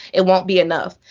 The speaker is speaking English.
it won't be enough.